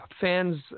fans